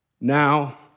now